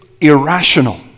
irrational